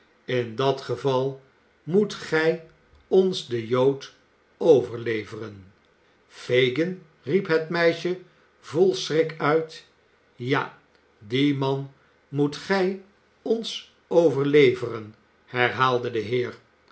in dat geval moet gij ons den jood overleveren fagin riep het meisje vol schrik uit ja dien man moet gij ons overleveren herhaalde de heer